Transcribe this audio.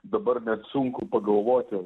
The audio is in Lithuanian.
dabar net sunku pagalvoti